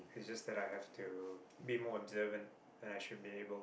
it's just that I have to be more observant then I should be able